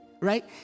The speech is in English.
right